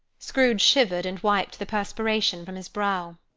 scrooge shivered, and wiped the perspiration from his brow.